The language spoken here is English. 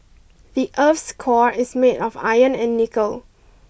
the earth's core is made of iron and nickel